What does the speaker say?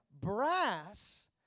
brass